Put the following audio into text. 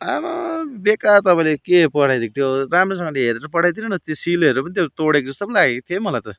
आम्मामामाम बेकार तपाईँले के पठाइदिएको त्यो राम्रोसँगले हेरेर पठाइदिनु न त्यो सिलहरू पनि त्यो तोडेको जस्तो लागेको थियो है मलाई त